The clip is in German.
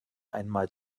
einmal